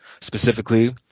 specifically